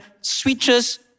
switches